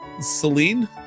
Celine